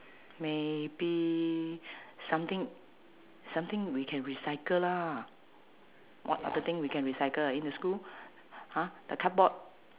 maybe something something we can recycle lah what other thing we can recycle in the school !huh! the cardboard